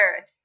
Earth